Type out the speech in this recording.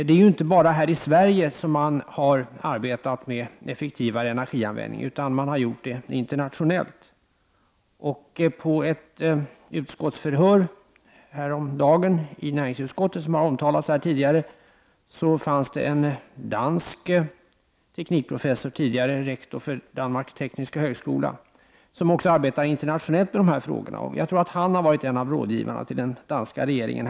Det är inte bara här i Sverige som man har arbetat med effektivare energianvändning, utan man har gjort det internationellt. På ett utskottsförhör i näringsutskottet häromdagen, som har omtalats här tidigare, deltog en dansk teknikprofessor, tidigare rektor för Danmarks tekniska högskola, som också arbetar internationellt med dessa frågor, och jag tror att han har varit en av rådgivarna till den danska regeringen.